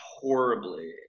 horribly